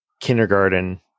kindergarten